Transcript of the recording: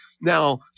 Now